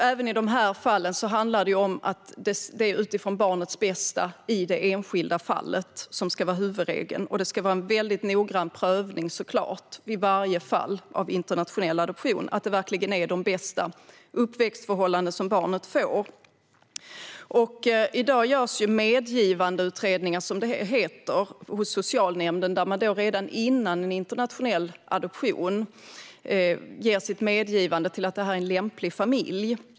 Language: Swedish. Även i de fallen handlar det om att det är barnets bästa i det enskilda fallet som ska vara huvudregeln, och det ska i varje fall av internationell adoption självklart ske en väldigt noggrann prövning av att barnet verkligen får de bästa uppväxtförhållandena. I dag görs medgivandeutredningar, som det heter, hos socialnämnden. Redan före en internationell adoption ger man alltså sitt medgivande till att det är en lämplig familj.